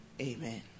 Amen